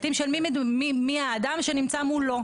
הפרטים של מי האדם שנמצא מולו,